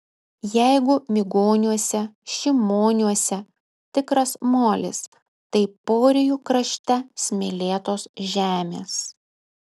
jeigu migoniuose šimoniuose tikras molis tai porijų krašte smėlėtos žemės